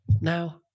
Now